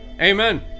Amen